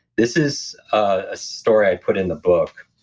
this is a story i put in the book.